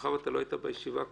מאחר ואתה לא היית בישיבה הקודמת,